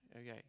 Okay